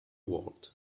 world